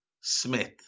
Smith